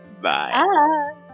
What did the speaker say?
Bye